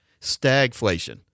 stagflation